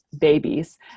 babies